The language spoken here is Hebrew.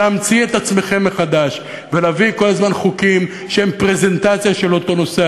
להמציא את עצמכם מחדש ולהביא כל הזמן חוקים שהם פרזנטציה של אותו נושא.